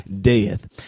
death